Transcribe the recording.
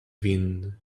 wind